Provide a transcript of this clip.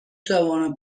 توانم